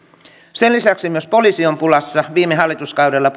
sen lisäksi myös poliisi on pulassa viime hallituskaudella